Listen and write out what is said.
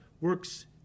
works